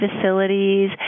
facilities